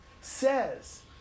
says